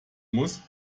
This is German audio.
muss